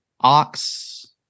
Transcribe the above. ox